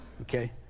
Okay